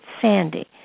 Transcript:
Sandy